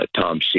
Tom